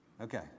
Okay